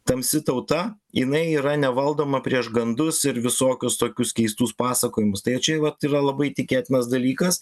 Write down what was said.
tamsi tauta jinai yra nevaldoma prieš gandus ir visokius tokius keistus pasakojimus tai čia vat ir yra labai tikėtinas dalykas